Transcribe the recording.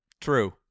True